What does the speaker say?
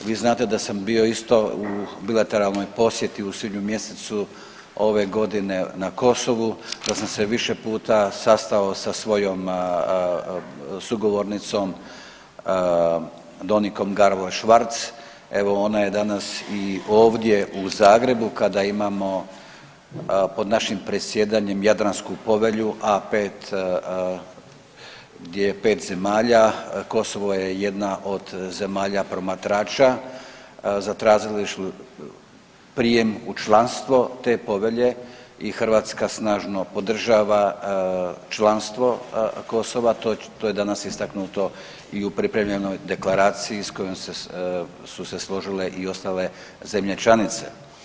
Vi znate da sam bio isto u bilateralnoj posjeti u svibnju mjesecu ove godine na Kosovu, da sam se više puta sastao sa svojom sugovornicom Donikom Gervalla Schwarc, evo ona je danas i ovdje u Zagrebu kada imamo pod našim predsjedanjem Jadransku povelju A5 gdje je pet zemalja, Kosovo je jedna od zemalja promatrača, zatražili su prijem u članstvo te povelje i Hrvatska snažno podržava članstvo Kosova, to je danas istaknuto i u pripremljenoj deklaraciji s kojom su se složile i ostale zemlje članice.